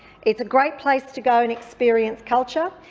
it's a great place to go and experience culture,